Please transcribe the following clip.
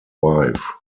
wife